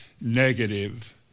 negative